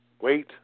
wait